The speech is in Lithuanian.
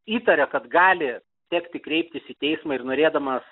įtaria kad gali tekti kreiptis į teismą ir norėdamas